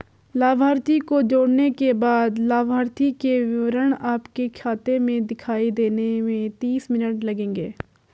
लाभार्थी को जोड़ने के बाद लाभार्थी के विवरण आपके खाते में दिखाई देने में तीस मिनट लगेंगे